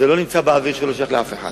וזה לא נמצא באוויר ולא שייך לאף אחד.